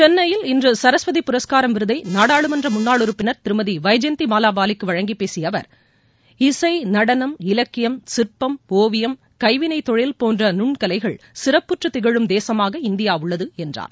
சென்னையில் இன்று சரஸ்வதி புரஸ்காரம் விருதை நாடாளுமன்ற முன்னாள் உறுப்பினர் திருமதி வைஜெயந்தி மாலா பாலிக்கு வழங்கிப் பேசிய அவர் இசை நடனம் இலக்கியம் சிற்பம் ஒவியம் கைவினைத் தொழில் போன்ற நுண்கலைகள் சிறப்புற்றுத் திகழும் தேசமாக இந்தியா உள்ளது என்றார்